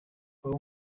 abo